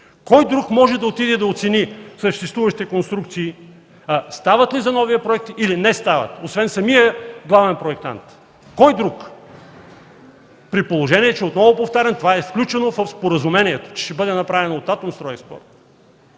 кой друг може да отиде и да оцени съществуващите конструкции стават ли за новия проект или не стават, освен самия главен проектант? Кой друг? При положение, отново повтарям, че това е включено в споразумението, че ще бъде направено от „Атомстройекспорт”.